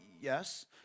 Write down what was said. Yes